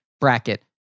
bracket